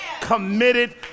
committed